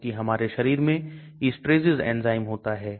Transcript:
pH इसे बनाने के लिए pH स्थितियों को संशोधित करता है